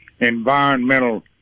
environmental